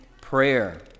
prayer